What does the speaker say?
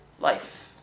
Life